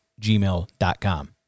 gmail.com